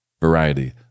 variety